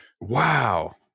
Wow